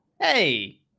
Hey